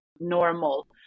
normal